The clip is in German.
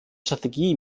strategie